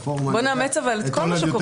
בואו נאמץ אבל את כל מה שקורה בהולנד.